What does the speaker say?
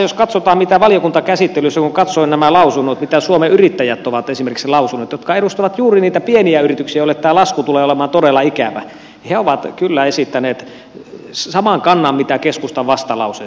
kun katsotaan valiokuntakäsittelyä ja näitä lausuntoja mitä esimerkiksi suomen yrittäjät ovat lausuneet jotka edustavat juuri niitä pieniä yrityksiä joille tämä lasku tulee olemaan todella ikävä he ovat kyllä esittäneet saman kannan mikä keskustan vastalauseessa on ollut